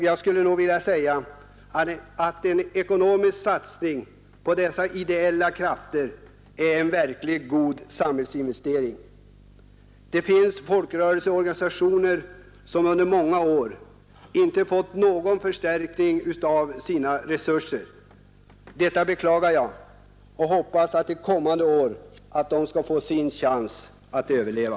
Jag vill säga att en ekonomisk satsning på dessa ideella krafter är en verkligt god samhällsinvestering. Det finns folkrörelseorganisationer som under många år inte fått någon förstärkning av sina resurser. Detta beklagar jag, och jag hoppas att de till ett kommande år skall få sin chans att överleva.